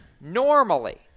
normally